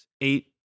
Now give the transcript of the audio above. eight